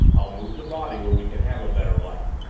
i'll move the body where we can have a better light.